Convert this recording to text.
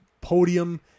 podium